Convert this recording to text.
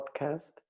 podcast